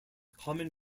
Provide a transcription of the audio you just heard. common